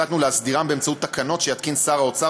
החלטנו להסדיר באמצעות תקנות שיתקין שר האוצר